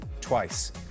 twice